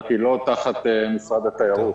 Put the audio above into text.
רק שהיא לא תחת משרד התיירות.